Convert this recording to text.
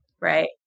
Right